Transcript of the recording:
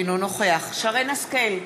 אינו נוכח שרן השכל,